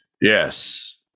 yes